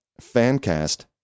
Fancast